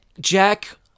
Jack